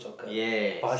yes